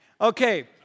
Okay